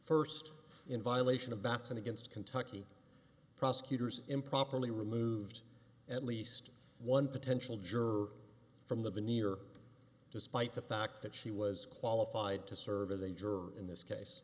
first in violation of backs and against kentucky prosecutors improperly removed at least one potential juror from the veneer despite the fact that she was qualified to serve as a juror in this case